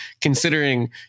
considering